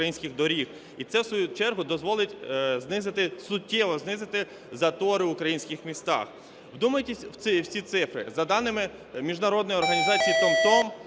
і це в свою чергу дозволить знизити, суттєво знизити затори в українських містах. Вдумайтесь в ці цифри. За даними міжнародної організації TomTom